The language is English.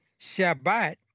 Shabbat